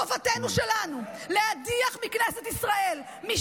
חובתנו שלנו להדיח מכנסת ישראל את מי